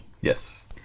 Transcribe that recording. Yes